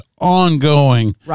ongoing